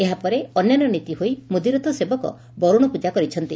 ଏହାପରେ ଅନ୍ୟାନ୍ୟ ନୀତି ହହାଇ ମୁଦିରଥ ସେବକ ବରୁଣପ୍କା କରିଛନ୍ତି